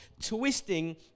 twisting